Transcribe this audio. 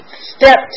Step